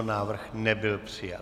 Návrh nebyl přijat.